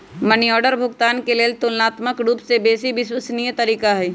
money order भुगतान के लेल ततुलनात्मक रूपसे बेशी विश्वसनीय तरीका हइ